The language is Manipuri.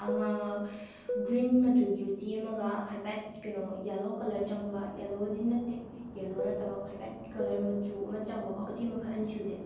ꯒ꯭ꯔꯤꯟ ꯃꯆꯨꯒꯤ ꯎꯇꯤ ꯑꯃꯒ ꯍꯥꯏꯐꯦꯠ ꯀꯩꯅꯣ ꯌꯦꯜꯂꯣ ꯀꯂꯔ ꯆꯪꯕ ꯌꯦꯜꯂꯣꯗꯤ ꯅꯠꯇꯦ ꯌꯦꯜꯂꯣ ꯅꯠꯇꯕ ꯍꯥꯏꯐꯦꯠ ꯀꯂꯔ ꯃꯆꯨ ꯑꯃ ꯆꯪꯕꯀꯣ ꯎꯇꯤ ꯃꯈꯜ ꯑꯅꯤ ꯁꯨꯗꯦꯕ